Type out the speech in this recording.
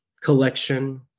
collection